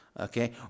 Okay